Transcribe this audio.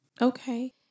Okay